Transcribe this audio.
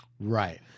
Right